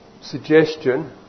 suggestion